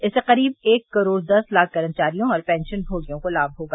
इससे क़रीब एक करोड़ दस लाख कर्मचारियों और पेंशनमोगियों को लाम होगा